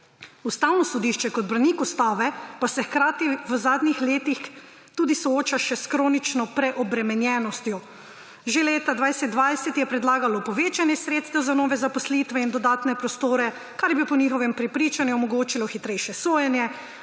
Ustavno sodišče kot branik ustave pa se hkrati v zadnjih letih sooča še s kronično preobremenjenostjo. Že leta 2020 je predlagalo povečanje sredstev za nove zaposlitve in dodatne prostore, kar bi po njihovem prepričanju omogočilo hitrejše sojenje,